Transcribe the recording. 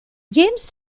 james